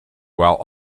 while